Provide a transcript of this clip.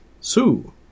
Sue